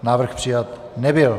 Návrh přijat nebyl.